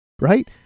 Right